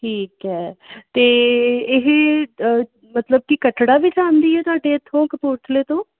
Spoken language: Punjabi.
ਠੀਕ ਹੈ ਅਤੇ ਇਹ ਮਤਲਬ ਕਿ ਕਟੜਾ ਵੀ ਜਾਂਦੀ ਹੈ ਤੁਹਾਡੇ ਇੱਥੋਂ ਕਪੂਰਥਲੇ ਤੋਂ